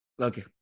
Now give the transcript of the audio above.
Okay